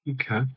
Okay